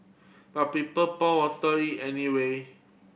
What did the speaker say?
but people poured watery anyway